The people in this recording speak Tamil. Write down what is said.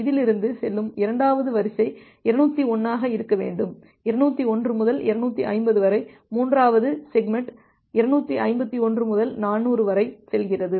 இதிலிருந்து செல்லும் இரண்டாவது வரிசை 201 ஆக இருக்க வேண்டும் 201 முதல் 250 வரை மூன்றாவது செக்மெண்ட் 251 முதல் 400 வரை செல்கிறது